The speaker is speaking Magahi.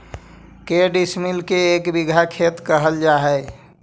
के डिसमिल के एक बिघा खेत कहल जा है?